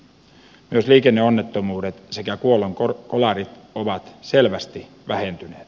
myös liikenneonnettomuudet sekä kuolonkolarit ovat selvästi vähentyneet